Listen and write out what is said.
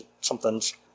something's